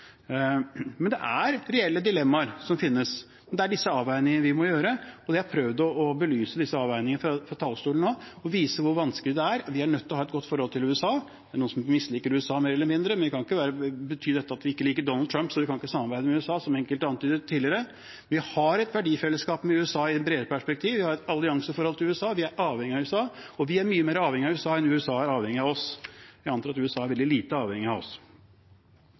Det finnes reelle dilemmaer, men det er disse avveiningene som vi må gjøre. Jeg har prøvd å belyse disse avveiningene fra talerstolen nå og vise hvor vanskelig det er. Vi er nødt til å ha et godt forhold til USA. Det er noen som misliker USA – mer eller mindre – men at man ikke liker Donald Trump, betyr ikke at vi ikke kan samarbeide med USA, som enkelte antydet tidligere. Vi har et verdifellesskap med USA i et bredere perspektiv. Vi har et allianseforhold til USA, vi er avhengig av USA. Vi er mye mer avhengige av USA enn USA er avhengig av oss. Jeg antar at USA er veldig lite avhengig av oss.